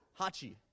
Hachi